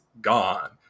gone